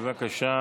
בבקשה.